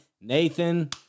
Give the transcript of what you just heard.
Nathan